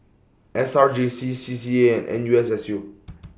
S R J C C C A and N U S S U